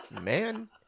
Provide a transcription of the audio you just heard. man